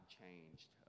changed